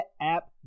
app